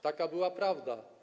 Taka była prawda.